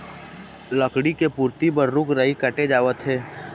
लकड़ी के पूरति बर रूख राई काटे जावत हे